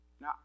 Now